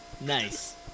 Nice